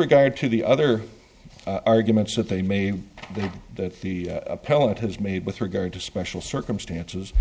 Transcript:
regard to the other arguments that they made that the appellant has made with regard to special circumstances